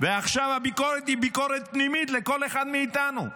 ועכשיו הביקורת היא ביקורת פנימית לכל אחד מאיתנו.